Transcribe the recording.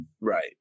Right